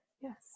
Yes